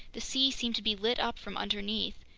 the sea seemed to be lit up from underneath.